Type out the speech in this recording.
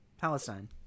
palestine